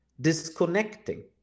disconnecting